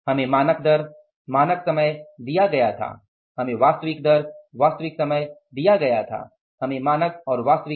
हमें मानक दर मानक समय दिया गया था हमें वास्तविक दर वास्तविक समय दी गई थी